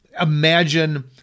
imagine